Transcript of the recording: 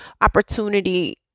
opportunity